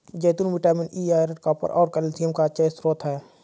जैतून vitamin E, iron, copper और calcium का अच्छा स्रोत हैं